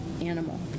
animal